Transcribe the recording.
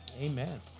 Amen